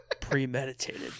premeditated